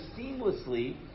seamlessly